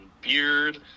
beard